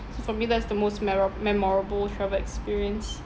so for me that's the most mero~ memorable travel experience what about you